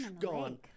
gone